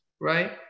right